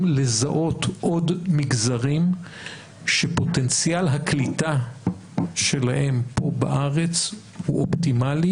לזהות עוד מגזרים שפוטנציאל הקליטה שלהם פה בארץ הוא אופטימלי